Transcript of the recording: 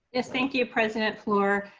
yes, thank you, president fluor.